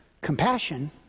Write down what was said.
Compassion